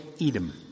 Edom